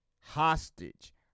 hostage